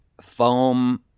foam